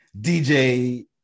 DJ